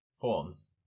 forms